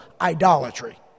idolatry